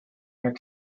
her